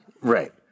Right